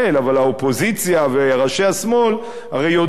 אבל האופוזיציה וראשי השמאל הרי יודעים